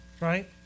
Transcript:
Right